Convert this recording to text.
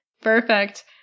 Perfect